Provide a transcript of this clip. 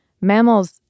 mammals